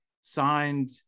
signed